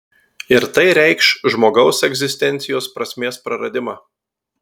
ir tai reikš žmogaus egzistencijos prasmės praradimą